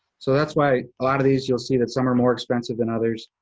so that's why a lot of these, you'll see that some are more expensive than others.